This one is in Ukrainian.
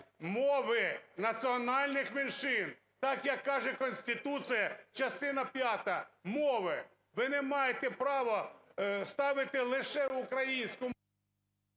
мови національних меншин, так, як каже Конституція, частина п'ята: мови. Ви не маєте право ставити лише українську...